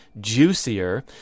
juicier